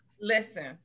Listen